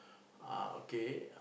ah okay